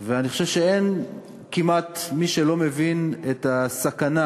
אני חושב שאין כמעט מי שלא מבין את הסכנה,